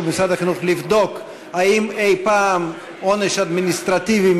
במשרד החינוך לבדוק אם אי-פעם הופעל עונש אדמיניסטרטיבי,